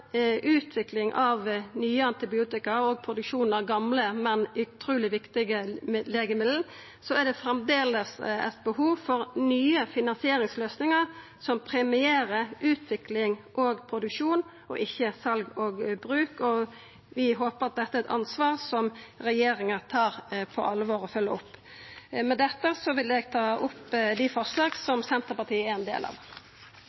utvikling av nye antibiotika og produksjon av gamle, men utruleg viktige legemiddel, er det framleis eit behov for nye finansieringsløysingar, som premierer utvikling og produksjon og ikkje sal og bruk. Vi håpar at dette er eit ansvar som regjeringa tar på alvor og følgjer opp. Med dette vil eg ta opp det forslaget som Senterpartiet er ein del av.